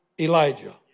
Elijah